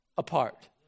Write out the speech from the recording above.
apart